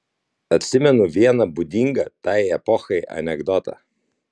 atsimenu vieną būdingą tai epochai anekdotą